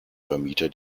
vermieter